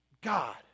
God